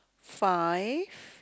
five